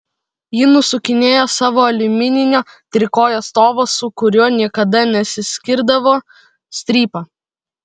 ji nusukinėjo savo aliumininio trikojo stovo su kuriuo niekada nesiskirdavo strypą